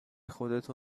خودتو